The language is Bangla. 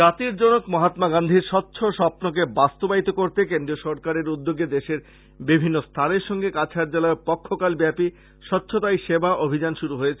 জাতির জনক মহাত্মা গান্ধীর স্বচ্ছ স্বপ্নকে বাস্তবায়িত করতে কেন্দ্রীয় সরকারের উদ্যোগে দেশের বিভিন্ন স্থানের সঙ্গে কাছাড় জেলায়ও পক্ষকাল ব্যাপী স্বচ্ছতাই সেবা অভিযান শুরু হয়েছে